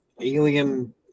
alien